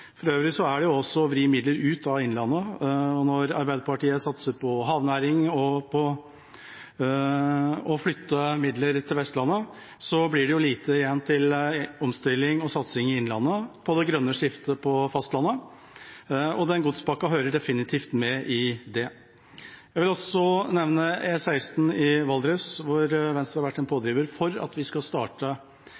For øvrig er det også å vri midler ut av Innlandet, og når Arbeiderpartiet satser på havnæring og på å flytte midler til Vestlandet, blir det lite igjen til omstilling og satsing i Innlandet og på det grønne skiftet på fastlandet, og den godspakken hører definitivt med i det. Jeg vil også nevne E16 i Valdres, hvor Venstre har vært en